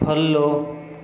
follow